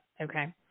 okay